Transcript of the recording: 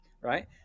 right